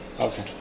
Okay